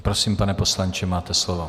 Prosím, pane poslanče, máte slovo.